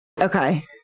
okay